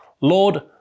Lord